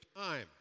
time